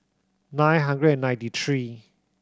nine hundred and ninety three